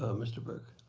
um mr. burke.